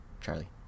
Charlie